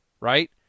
right